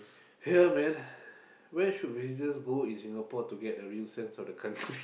here man where should visitors go in Singapore to get the real sense of the country